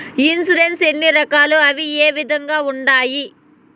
insurance ఎన్ని రకాలు అవి ఏ విధంగా ఉండాయి